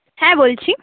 হ্যাঁ বলছি